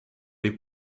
les